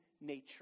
nature